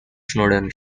snowden